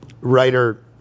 writer